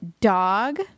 dog